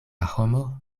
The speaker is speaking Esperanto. homo